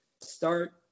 start